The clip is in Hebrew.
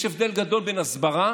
יש הבדל גדול בין הסברה